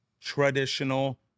traditional